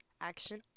action